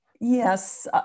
Yes